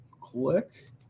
click